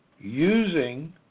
using